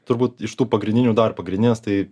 turbūt iš tų pagrindinių dar pagrindinės tai